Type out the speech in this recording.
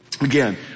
again